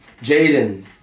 Jaden